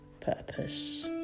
purpose